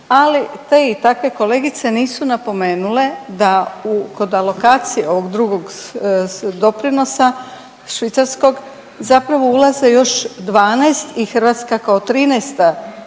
ali te i takve kolegice nisu napomenule da kod alokacije ovog drugog doprinosa Švicarskog zapravo ulaze još 12 i Hrvatska kao 13